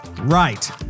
Right